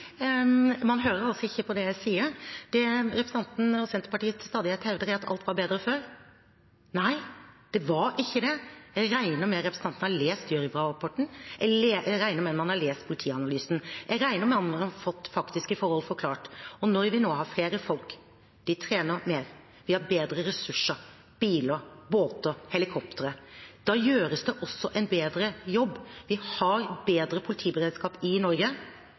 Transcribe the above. sier. Det representanten og Senterpartiet til stadighet hevder, er at alt var bedre før. Nei, det var ikke det. Jeg regner med representanten har lest Gjørv-rapporten. Jeg regner med man har lest Politianalysen. Jeg regner med man har fått faktiske forhold forklart. Når vi nå har flere folk, de trener mer, de har bedre ressurser, biler, båter, helikoptre, da gjøres det også en bedre jobb. Vi har bedre politiberedskap i Norge,